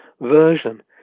version